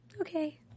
okay